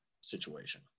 situation